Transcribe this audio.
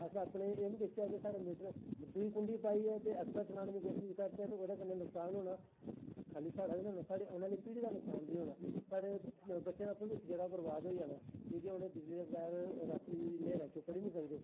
अस अपने एह् नी दिखचै कि साढ़े मीटर दूई कुंडी पाइयै ते ऐक्सट्रा चलानें दी कोशिश करचै तेओह्दे कन्नै नुक्सान होना खाल्ली साढ़ा गै नी होना साढ़ी आने आह्ली पीढ़ी दी बी नुक्सान होना साढ़े बच्चें दा भल्क्ख जेह्ड़ा ओह् बरवाद होई जाना कि के बिजली दै बगैर न्हेरै ओह् पढ़ी नी सकदे